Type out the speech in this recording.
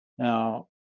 Now